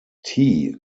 tea